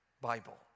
Bible